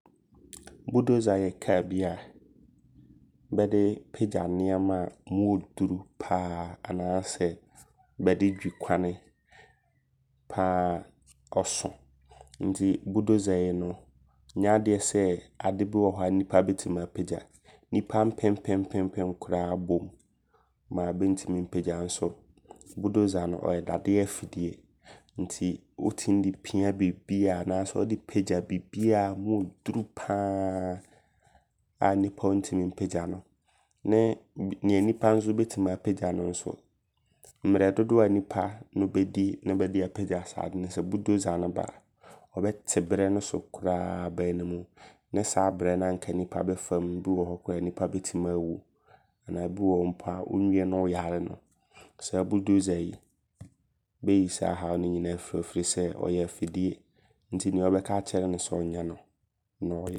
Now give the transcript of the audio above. Bulldozer yɛ kaa bi a bɛde pagya nneɛma a mu ɔɔduru paa. Anaasɛ bɛde dwi kwane paa ɔso. Nti bulldozer yi no nyɛ adeɛ sɛ ade bi wɔ hɔ a nnipa bɛtim apagya. Nnipa mpempempempem koraa bom a bɛntim mpagya. Nso bulldozer no ɔyɛ dadeɛ afidie nti wotim de pia bibiaa. Anaasɛ wode pagya bibiaa mu oduru paaa a nipa ɔntimi mpagya no. Nee neɛ nnipa nso bɛtim apagya no nso mmerɛ dodoɔ nipa ko bɛdi ne bɛde apagya saa ade no sɛ bulldozer no nya ba a ɔbɛte berɛ no so koraa aba animu. Ne saa brɛ no nka nipa bɛfam no bi wɔ hɔ koraa nka nipa bɛtim awu. Anaa bi wɔ hɔ mpo a wo nwie ne woyare no. Saa bulldozer yi bɛyi saa haw no nyinaa afiri hɔ. Ɔfiri sɛ ɔyɛ afidie. Nti nea wobɛka akyerɛ no sɛ ɔnyɛ no ne ɔyɛ.